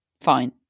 fine